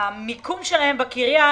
בגלל המיקום שלהם בקריה,